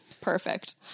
perfect